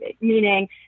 Meaning